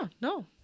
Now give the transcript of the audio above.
No